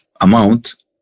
amount